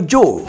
Joe